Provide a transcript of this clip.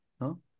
¿no